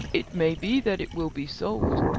it may be that it will be sold.